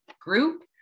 group